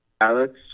Alex